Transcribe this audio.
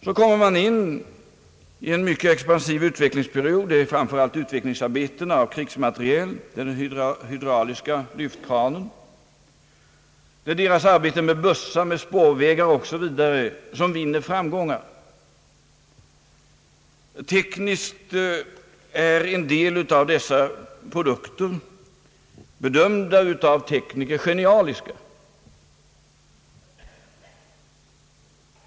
Så kommer man in i en mycket expansiv utvecklingsperiod, Det är framför allt utvecklingsarbetet med krigsmateriel, den hydrauliska lyftkranen, arbetet med bussar, spårvagnar osv. som vinner framgångar. Tekniskt är en del av dessa produkter bedömda av tekniker som genialiska.